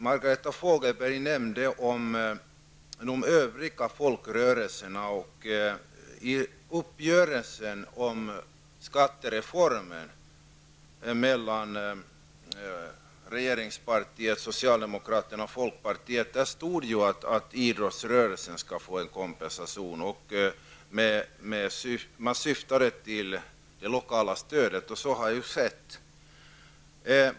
Margareta Fogelberg nämnde de övriga folkrörelserna. I uppgörelsen mellan regeringspartiet socialdemokraterna och folkpartiet om skattereformen stod det att idrottsrörelsen skulle få kompensation -- man syftade på det lokala stödet -- och så har ju skett.